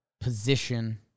position